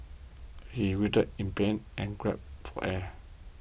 he writhed in pain and gasped for air